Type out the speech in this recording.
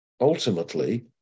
ultimately